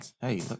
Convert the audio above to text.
Hey